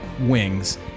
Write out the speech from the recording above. wings